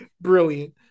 brilliant